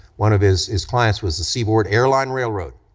one of his clients was the seaboard air line railroad,